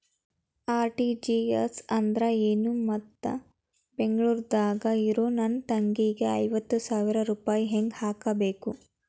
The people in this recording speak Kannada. ಆರ್.ಟಿ.ಜಿ.ಎಸ್ ಅಂದ್ರ ಏನು ಮತ್ತ ಬೆಂಗಳೂರದಾಗ್ ಇರೋ ನನ್ನ ತಂಗಿಗೆ ಐವತ್ತು ಸಾವಿರ ರೂಪಾಯಿ ಹೆಂಗ್ ಹಾಕಬೇಕು?